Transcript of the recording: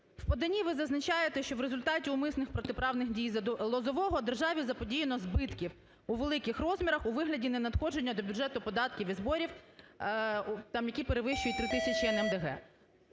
В поданні ви зазначаєте, що в результаті умисних протиправних дій Лозового державі заподіяно збитків у великих розмірах, у вигляді ненадходження до бюджету податків і зборів, там які перевищують 3 тисячі НМДГ.